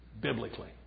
biblically